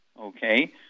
okay